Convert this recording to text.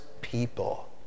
people